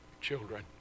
children